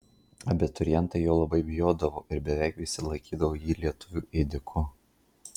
abiturientai jo labai bijodavo ir beveik visi laikydavo jį lietuvių ėdiku